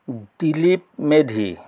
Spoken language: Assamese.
দিলীপ মেধি